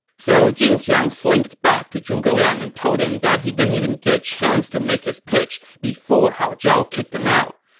so jin xiang slinked back to zhuge liang and told him that he didn't even get a chance to make his pitch before hao zhao kicked him out.